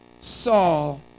Saul